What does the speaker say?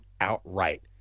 outright